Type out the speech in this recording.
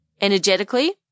energetically